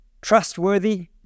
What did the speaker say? trustworthy